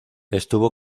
estuvo